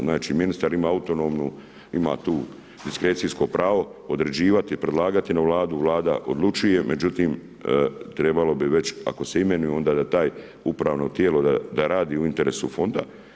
Znači ministar ima autonomnu, ima tu diskrecijsko pravo, određivati predlagati na vladu, vlada odlučuje međutim, trebalo bi već, ako se imenuje, onda da taj, upravno tijelo, da radi u interesu fonda.